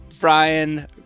Brian